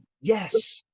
Yes